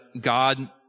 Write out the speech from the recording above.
God